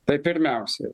tai pirmiausiai